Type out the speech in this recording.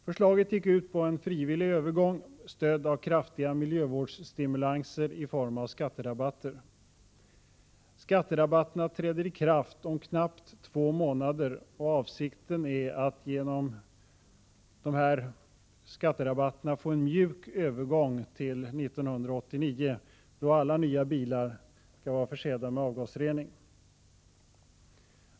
Förslagen gick ut på en frivillig övergång, stödd av kraftiga miljövårdsstimulanser i form av skatterabatter. Skatterabatterna träder i kraft om knappt två månader, och avsikten är att genom dessa få en mjuk övergång till år 1989, då alla nya bilar skall vara försedda med avgasrening.